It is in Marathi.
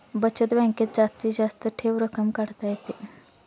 बचत बँकेत जास्तीत जास्त ठेव रक्कम काढता येते